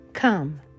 Come